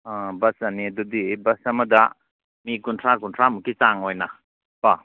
bus ꯑꯅꯤ ꯑꯗꯨꯗꯤ bus ꯑꯃꯗ ꯃꯤ ꯀꯨꯟꯊ꯭ꯔꯥ ꯀꯨꯟꯊ꯭ꯔꯥꯃꯨꯛꯀꯤ ꯆꯥꯡ ꯑꯣꯏꯅ ꯀꯣ